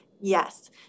Yes